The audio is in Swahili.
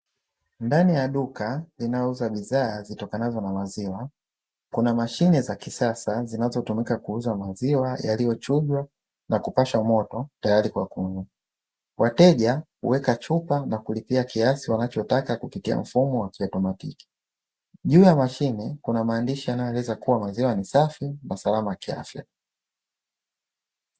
Ndani ya duka kuna bidhaa zitokanazo na maziwa kuna mashine za kisasa maziwa tumika kuuza maziwa yaliyo chujwa na kupashwa moto tayari kwa kunywa, wateja huweka chupa na kulipia kiasi wanacho taka kupitia mfumo wa kiotomatiki juu ya mashine kuna maandishin yanayo eleza kuwa maziwa ni safi na ni salama kwa afya.